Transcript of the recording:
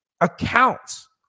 accounts